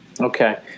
Okay